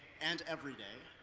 and every day.